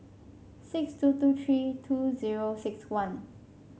six two two three two zero six one